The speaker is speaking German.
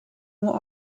nur